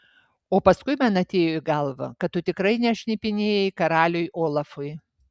o paskui man atėjo į galvą kad tu tikrai nešnipinėjai karaliui olafui